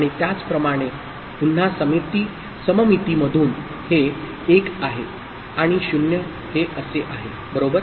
आणि त्याचप्रमाणे पुन्हा सममितीमधून हे 1 आहे आणि 0 हे असे आहे बरोबर